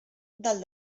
del